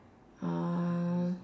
uh